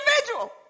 individual